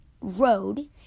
road